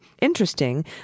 Interesting